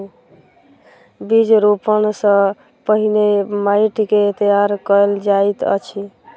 बीज रोपण सॅ पहिने माइट के तैयार कयल जाइत अछि